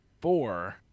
four